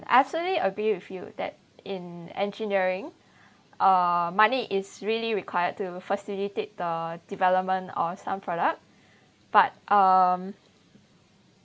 I absolutely agree with you that in engineering uh money is really required to facilitate the development of some product but um